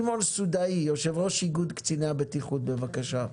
שמעון סודאי, יושב-ראש קציני הבטיחות, בבקשה.